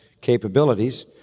capabilities